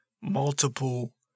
multiple